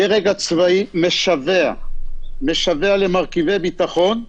הדרג הצבאי משווע למרכיבי ביטחון.